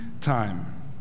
time